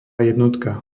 jednotka